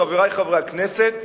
חברי חברי הכנסת,